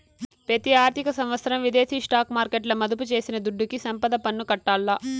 పెతి ఆర్థిక సంవత్సరం విదేశీ స్టాక్ మార్కెట్ల మదుపు చేసిన దుడ్డుకి సంపద పన్ను కట్టాల్ల